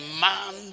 man